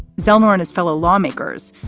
zell miller and his fellow lawmakers,